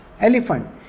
elephant